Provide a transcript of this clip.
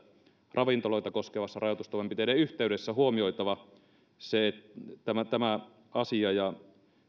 ravintoloita koskevien rajoitustoimenpiteiden yhteydessä huomioitava tämä asia ja